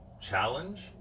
challenge